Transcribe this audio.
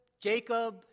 Jacob